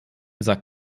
sack